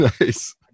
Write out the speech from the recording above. Nice